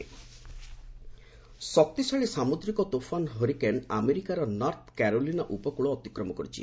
hurricane Florence ଶକ୍ତିଶାଳୀ ସାମୁଦ୍ରିକ ତୋଫାନ ହରିକେନ୍ ଆମେରିକାର ନର୍ଥ କାରୋଲିନା ଉପକ୍ଳ ଅତିକ୍ରମ କରିଛି